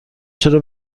چرا